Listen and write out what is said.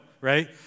right